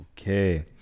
okay